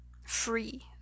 free